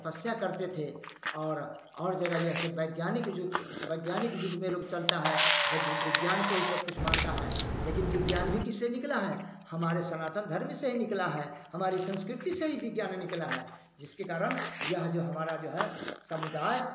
तपस्या करते थे और और जगह जो है जैसे वैज्ञानिक जुग वैज्ञानिक जुग में लोग चलता है विज्ञान को ही सब कुछ मानता है लेकिन विज्ञान भी किससे निकला है हमारे सनातन धर्म से निकला है हमारी संस्कृति से ही विज्ञान निकला है जिसके कारण यह जो हमारा जो है समुदाय